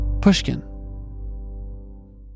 pushkin